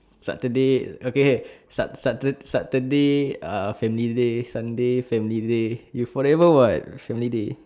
saturday okay sa~ satur~ saturday ah family day sunday family day you forever [what] family day